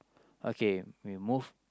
okay we move